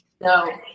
no